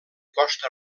costa